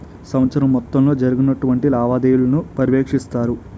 సంవత్సరం మొత్తంలో జరిగినటువంటి లావాదేవీలను పర్యవేక్షిస్తారు